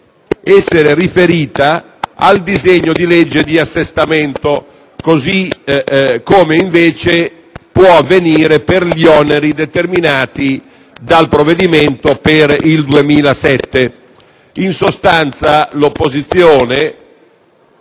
essere riferita al disegno di legge di assestamento, così come invece può avvenire per gli oneri determinati dal provvedimento per il 2007. In sostanza, colleghi, l'opposizione